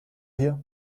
hier